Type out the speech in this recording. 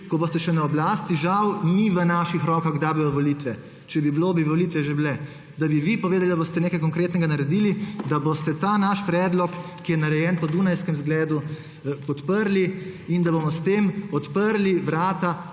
ko boste še na oblasti − žal ni v naših rokah, kdaj bodo volitve, če bi bilo, bi volitve že bile − povedali, da boste nekaj konkretnega naredili, da boste ta naš predlog, ki je narejen po dunajskem zgledu, podprli in da bomo s tem odprli vrata